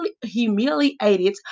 humiliated